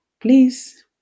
please